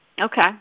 Okay